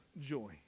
joy